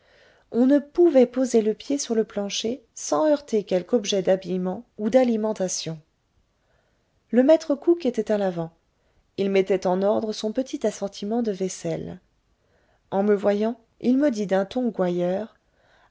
on ne pouvait poser le pied sur le plancher sans heurter quelque objet d'habillement où d'alimentation le maître cook était à l'avant il mettait en ordre son petit assortiment de vaisselle en me voyant il me dit d'un ton